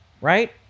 right